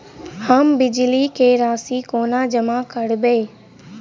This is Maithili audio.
हम बिजली कऽ राशि कोना जमा करबै?